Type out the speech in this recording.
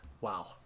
wow